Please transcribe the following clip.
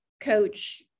coach